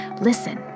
Listen